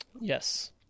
Yes